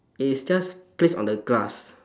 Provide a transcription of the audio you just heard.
it is just placed on the grass